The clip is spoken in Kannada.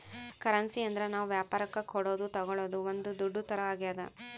ಕರೆನ್ಸಿ ಅಂದ್ರ ನಾವ್ ವ್ಯಾಪರಕ್ ಕೊಡೋದು ತಾಗೊಳೋದು ಒಂದ್ ದುಡ್ಡು ತರ ಆಗ್ಯಾದ